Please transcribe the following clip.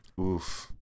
Oof